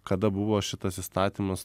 kada buvo šitas įstatymas